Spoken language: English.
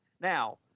now